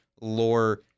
lore